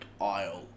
aisle